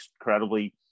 incredibly